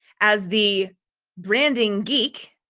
as the branding geek.